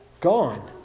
gone